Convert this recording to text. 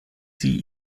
sie